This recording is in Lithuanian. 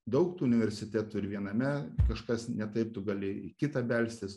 daug tų universitetų ir viename kažkas ne taip tu gali į kitą belstis